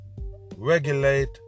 regulate